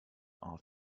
off